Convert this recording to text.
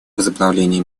возобновления